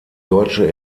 deutsche